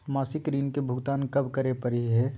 मासिक ऋण के भुगतान कब करै परही हे?